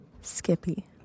skippy